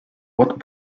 what